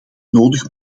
nodig